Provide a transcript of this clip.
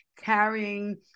carrying